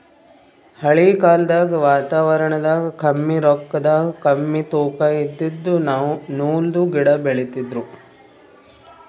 ಹಳಿ ಕಾಲ್ದಗ್ ವಾತಾವರಣದಾಗ ಕಮ್ಮಿ ರೊಕ್ಕದಾಗ್ ಕಮ್ಮಿ ತೂಕಾ ಇದಿದ್ದು ನೂಲ್ದು ಗಿಡಾ ಬೆಳಿತಿದ್ರು